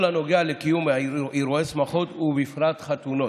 בכל הנוגע לקיום אירועי שמחות, ובפרט חתונות.